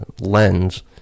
lens